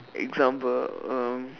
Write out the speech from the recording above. example um